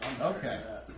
Okay